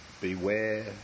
Beware